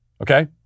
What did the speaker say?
Okay